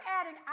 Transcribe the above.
adding